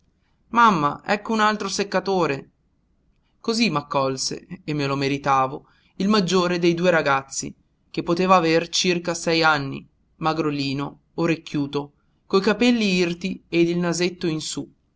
mamma ecco un altro seccatore cosí m'accolse e me lo meritavo il maggiore dei due ragazzi che poteva aver circa sei anni magrolino orecchiuto coi capelli irti e il nasetto in sú